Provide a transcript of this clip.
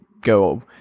go